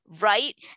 right